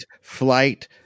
flight